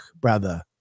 brother